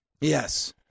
yes